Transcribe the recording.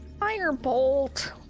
Firebolt